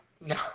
no